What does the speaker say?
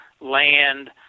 land